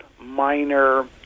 minor